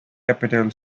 capital